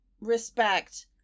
respect